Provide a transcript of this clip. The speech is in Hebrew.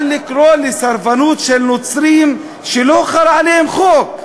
אבל לקרוא לסרבנות של נוצרים שלא חל עליהם חוק,